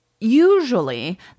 Usually